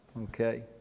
okay